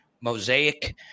Mosaic